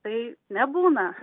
tai nebūna